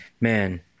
man